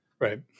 Right